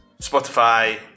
Spotify